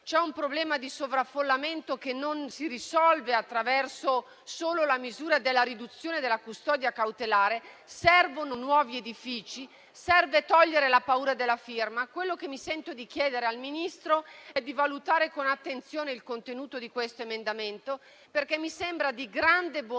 C'è un problema di sovraffollamento, che non si risolve solo attraverso la misura della riduzione della custodia cautelare. Servono nuovi edifici, serve togliere la paura della firma. Al Ministro mi sento di chiedere di valutare con attenzione il contenuto di questo emendamento, perché mi sembra di grande buon